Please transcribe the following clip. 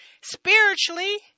Spiritually